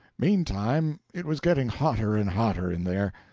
meantime, it was getting hotter and hotter in there.